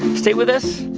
stay with us.